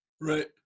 Right